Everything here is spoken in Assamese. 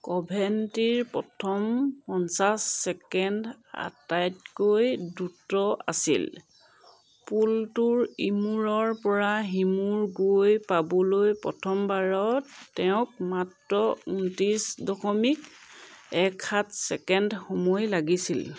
কভেন্ট্ৰিৰ প্ৰথম পঞ্চাছ ছেকেণ্ড আটাইতকৈ দ্ৰুত আছিল পুলটোৰ ইমূৰৰ পৰা সিমূৰ গৈ পাবলৈ প্ৰথমবাৰত তেওঁক মাত্ৰ ঊনত্ৰিছ দশমিক এক সাত ছেকেণ্ড সময় লাগিছিল